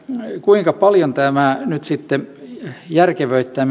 kuinka paljon tämä nyt sitten järkevöittää